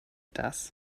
das